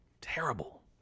terrible